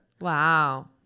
wow